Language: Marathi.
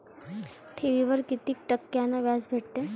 ठेवीवर कितीक टक्क्यान व्याज भेटते?